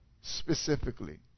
specifically